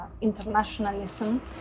internationalism